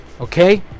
Okay